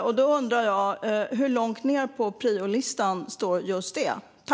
Jag undrar: Hur långt ned på priolistan står detta?